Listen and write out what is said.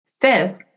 Fifth